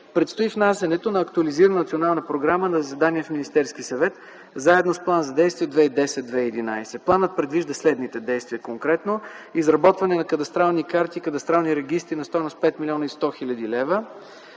Предстои внасянето на актуализирана национална програма на заседание на Министерския съвет, заедно с План за действие 2010 2011 г. Планът предвижда следните действия конкретно: изработване на кадастрални карти и кадастрални регистри на стойност 5 млн. 100 хил. лв.